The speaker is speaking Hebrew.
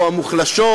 או המוחלשות,